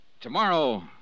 Tomorrow